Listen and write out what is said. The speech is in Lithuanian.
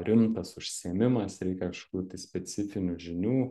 rimtas užsiėmimas reikia kažkokių tai specifinių žinių